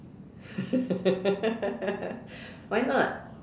why not